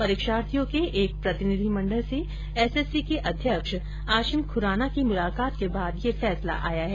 परीक्षार्थियों के एक प्रतिनिधिमंडल से एसएससी के अध्यक्ष आशिम खुराना की मुलाकात के बाद यह फैसला आया है